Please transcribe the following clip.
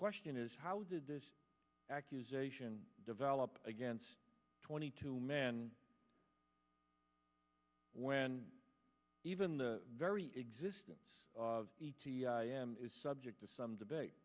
question is how did this accusation develop against twenty two men when even the very existence of them is subject to some debate